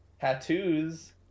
tattoos